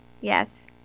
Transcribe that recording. Yes